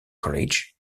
college